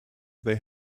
they